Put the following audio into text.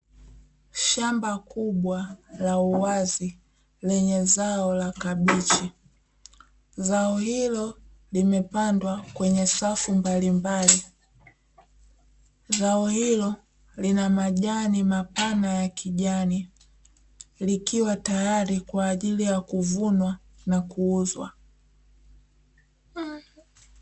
Shamba kubwa la uwazi lenye zao la kabichi, zao ilo limepandwa kwenye safu mbalimbali; zao ilo lina majani mapana ya kijani likiwa tayari kwa ajili ya kuvunwa na kuuzwa.